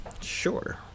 Sure